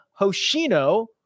Hoshino